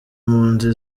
impunzi